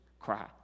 cry